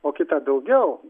o kita daugiau